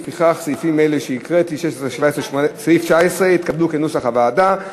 סעיף 19 התקבל כנוסח הוועדה.